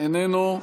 איננו.